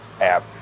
app